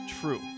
true